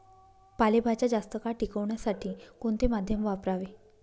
पालेभाज्या जास्त काळ टिकवण्यासाठी कोणते माध्यम वापरावे?